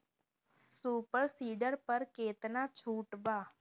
Super seeder पर केतना छूट बा?